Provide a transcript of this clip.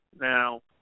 Now